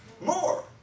More